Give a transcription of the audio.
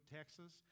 Texas